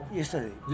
yesterday